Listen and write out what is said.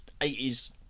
80s